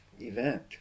event